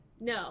No